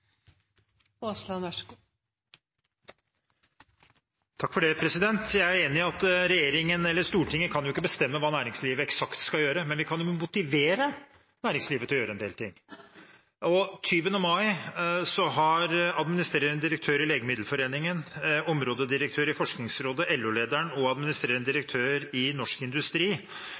enig i at regjeringen eller Stortinget ikke kan bestemme hva næringslivet eksakt skal gjøre, men vi kan jo motivere næringslivet til å gjøre en del. Den 20. mai hadde administrerende direktør i Legemiddelindustrien, områdedirektør i Forskningsrådet, LO-lederen og administrerende direktør i Norsk Industri